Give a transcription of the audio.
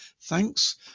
thanks